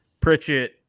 Pritchett